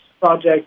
project